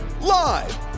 Live